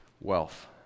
wealth